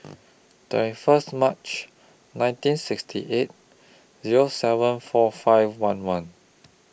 twenty First March nineteen sixty eight Zero seven four five one one